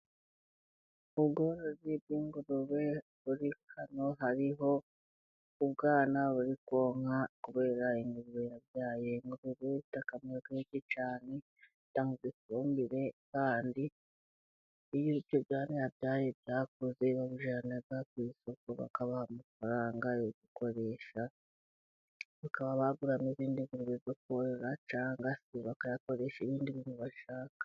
Ubworozi bw'ingurube buri hano, hariho ubwana buri konka kubera ingurube yabyaye ingurube ifite akamaro kenshi cyane, itanga ifumbire kandi iyo ibyo byana yabyaye bikuze babijyna ku isoko bakabaha amafaranga yo gukoresha bakaba baguramo izindi ngurube zo korora cyangwa bakayakoresha ibindi bashaka.